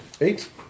Eight